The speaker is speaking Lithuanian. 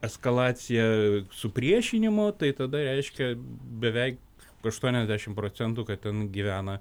eskalaciją supriešinimo tai tada reiškia beveik aštuoniasdešim procentų kad ten gyvena